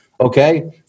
Okay